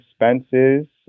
expenses